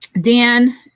Dan